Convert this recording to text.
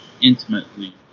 intimately